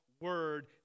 Word